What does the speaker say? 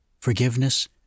forgiveness